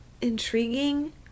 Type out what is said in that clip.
intriguing